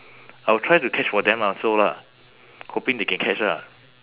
I will try to catch for them lah also lah hoping they can catch lah